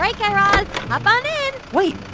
like guy raz. hop on in wait.